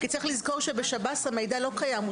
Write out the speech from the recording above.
כי צריך לזכור שבשב"ס המידע לא קיים,